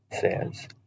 says